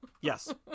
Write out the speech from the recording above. Yes